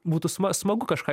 būtų sma smagu kažką